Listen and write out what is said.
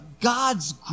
God's